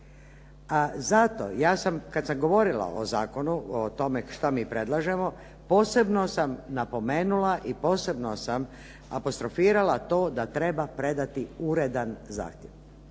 ja sam, kad sam govorila o zakonu, o tome što mi predlažemo, posebno sam napomenula i posebno sam apostrofirala to da treba predati uredan zahtjev.